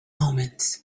omens